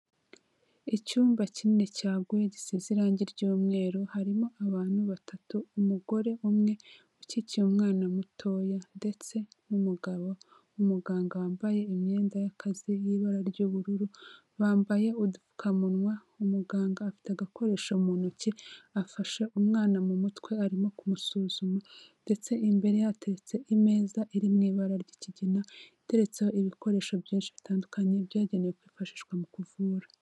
Icyumba kinini cyaguye gisize irange ry'umweru, harimo abantu batatu umugore umwe ukikiye umwana mutoya ndetse n'umugabo w'umuganga wambaye imyenda y'akazi y'ibara ry'ubururu, bambaye udupfukamunwa, umuganga afite agakoresho mu ntoki afashe umwana mu mutwe arimo kumusuzuma ndetse imbere ye hatetse imeza iri mu ibara ry'ikigina iteretseho ibikoresho byinshi bitandukanye, byagenewe kwifashishwa mu kuvura.